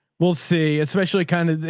we'll see. especially kind of,